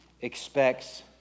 expects